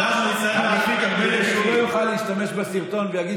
כדי שהוא לא יוכל להשתמש בסרטון ולהגיד